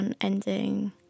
ending